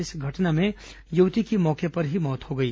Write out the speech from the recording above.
इस घटना में युवती की मौके पर ही मौत हो गई